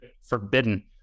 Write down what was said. forbidden